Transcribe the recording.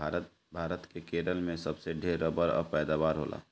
भारत के केरल में सबसे ढेर रबड़ कअ पैदावार होला